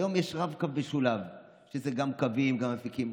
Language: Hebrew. היום יש רב-קו משולב, שזה גם קווים וגם אפיקים.